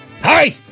Hi